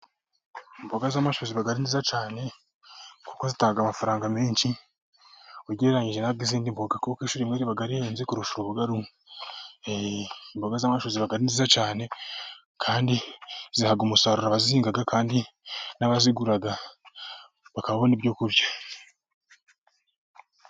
Imboga z'amashu ziba ari nziza cyane kuko zitanga amafaranga menshi, ugereranyije n'izindi mboga kuko ishu rimwe biba rihenze kurusha uruboga rumwe. Imboga z'amashu ziba ari nziza cyane kandi ziha umusaruro abazihinga kandi n'abazigura bakabona ibyo kurya.